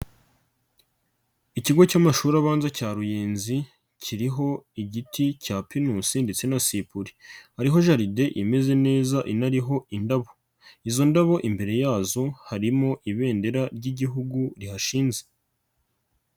Ikigo cy'amashuri abanza cya Ruyenzi kiriho igiti cya pinusi ndetse na sipure, hari ho jaride imeze neza inariho indabo, izo ndabo imbere yazo harimo ibendera ry'igihugu rihashinze.